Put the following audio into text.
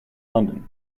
london